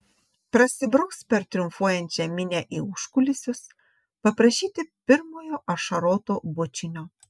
prasibraus per triumfuojančią minią į užkulisius paprašyti pirmojo ašaroto bučinio